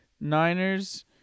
Niners